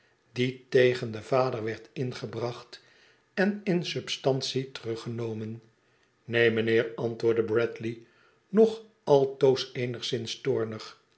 die tegen den vader werd ingebracht en in substantie teruggenomen neen mijnheer antwoordde bradley nog altoos eenigszins toornig